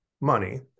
money